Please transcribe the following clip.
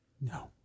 No